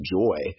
joy